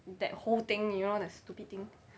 that whole thing you know that stupid thing